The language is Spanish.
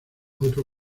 otro